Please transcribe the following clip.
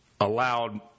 allowed